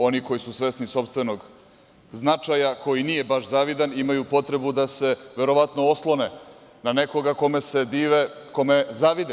Oni koji su svesni sopstvenog značaja, koji nije baš zavidan, imaju potrebu da se verovatno oslone na nekoga kome se dive, kome zavide.